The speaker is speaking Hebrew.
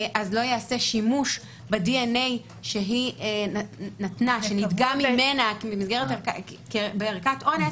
שלא ייעשה שימוש בדנ"א שהיא נתנה ושנדגם ממנה בערכת אונס,